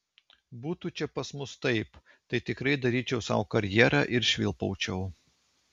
būtų čia pas mus taip tai tikrai daryčiau sau karjerą ir švilpaučiau